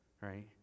right